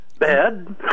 Bad